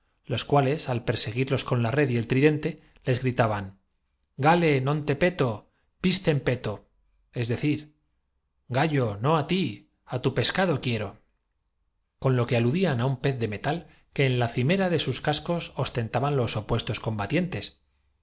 los cuales al perseguirlos con la red y el tridente les gri antagonista que cayó á plomo revolcándose en la arena taban galle non te peto piscem peto es decir gallo no d ti á tu pescado quiero con lo que alu á la vista de la sangre el pueblo lanzó un rujido de dían á un pez de metal que en la cimera de sus cascos entusiasmo el vencedor consultó con la mirada al ostentaban los opuestos combatientes